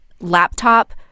laptop